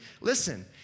Listen